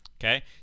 Okay